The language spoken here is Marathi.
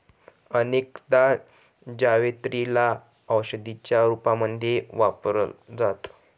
अनेकदा जावेत्री ला औषधीच्या रूपामध्ये वापरल जात